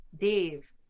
Dave